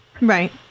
Right